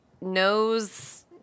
knows